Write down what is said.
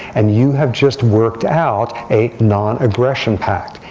and you have just worked out a non-aggression pact.